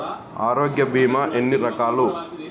ఆరోగ్య బీమా ఎన్ని రకాలు?